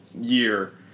year